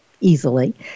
easily